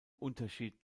unterschied